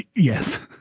yes,